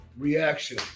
reaction